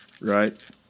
right